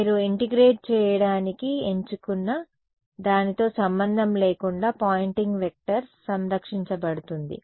మీరు ఇంటిగ్రేట్ చేయడానికి ఎంచుకున్న దానితో సంబంధం లేకుండా పాయింటింగ్ వెక్టర్ సంరక్షించబడుతుంది